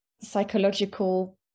psychological